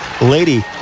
Lady